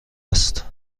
است